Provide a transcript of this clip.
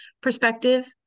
perspective